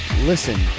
Listen